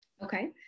Okay